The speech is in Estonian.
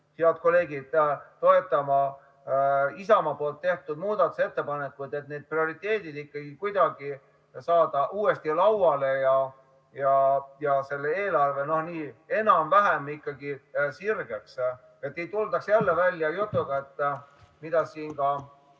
head kolleegid, toetama Isamaa tehtud muudatusettepanekuid, et need prioriteedid ikkagi kuidagi saada uuesti lauale ja selle eelarve enam-vähem sirgeks, et ei tuldaks jälle välja jutuga, mida siin ka